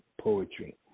poetry